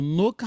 no